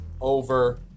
over